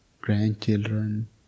grandchildren